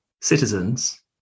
citizens